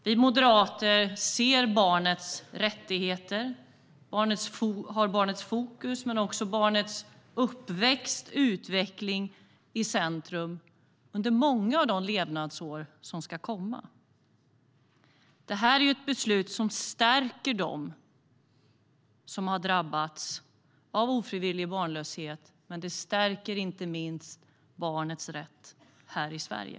Vi moderater ser barnets rättigheter, har barnets fokus men också barnets uppväxt och utveckling i centrum under många av de levnadsår som ska komma. Detta är ett beslut som stärker dem som har drabbats av ofrivillig barnlöshet, och det stärker inte minst barnets rätt här i Sverige.